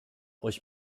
euch